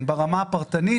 ברמה הפרטנית.